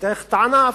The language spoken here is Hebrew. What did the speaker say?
לפתח את הענף,